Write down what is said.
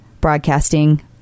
broadcasting